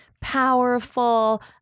powerful